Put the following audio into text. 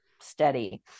steady